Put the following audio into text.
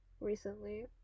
recently